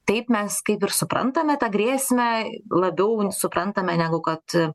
taip mes kaip ir suprantame tą grėsmę labiau suprantame negu kad